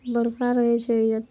बड़का रहै छै यऽ